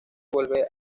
vuelve